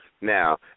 Now